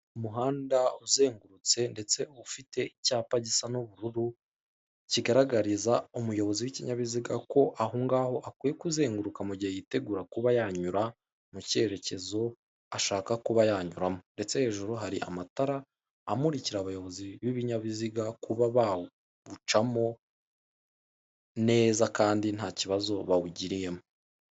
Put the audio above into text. Umuhanda uzengurutse ndetse ufite icyapa gisa n'ubururu kigaragariza umuyobozi w'ikinyabiziga ko aho ngaho akwiye kuzenguruka, mu gihe yitegura kuba yanyura mu cyerekezo ashaka kuba yanyuramo ndetse hejuru hari amatara amurikira abayobozi b'ibinyabiziga kuba bawucamo neza kandi ntakibazo bawugiriyemo.